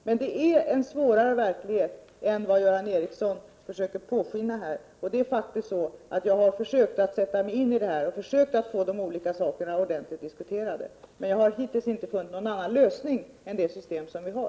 Men verkligheten är svårare än vad Göran Ericsson vill låta påskina. Jag har försökt sätta mig in i detta och försökt få de olika punkterna ordentligt diskuterade. Men jag har hittills inte funnit någon annan lösning än det system som vi har.